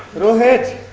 rohit.